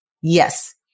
Yes